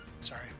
sorry